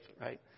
Right